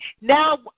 Now